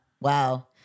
Wow